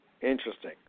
Interesting